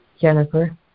Jennifer